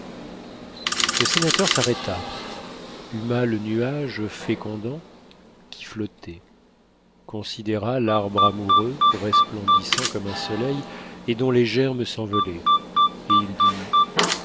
le sénateur s'arrêta huma le nuage fécondant qui flottait considéra l'arbre amoureux resplendissant comme un soleil et dont les germes s'envolaient et il dit